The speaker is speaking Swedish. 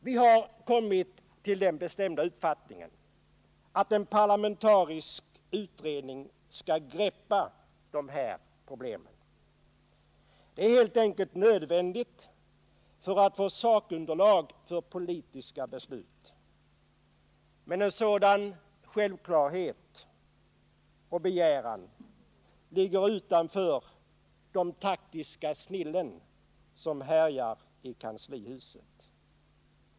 Vi har kommit till den bestämda uppfattningen att en parlamentarisk utredning skall gripa tag i de här problemen. Det är helt enkelt nödvändigt för att man skall få sakunderlag för politiska beslut. Men en sådan självklarhet ligger utanför fattningsförmågan hos de taktiska snillen som härjar i kanslihuset.